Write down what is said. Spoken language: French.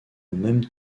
même